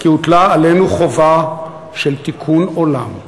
כי הוטלה עלינו חובה של תיקון עולם,